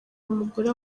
mugore